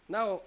Now